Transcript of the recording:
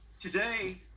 today